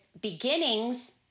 beginnings